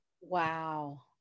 wow